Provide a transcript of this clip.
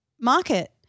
market